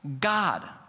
God